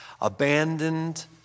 abandoned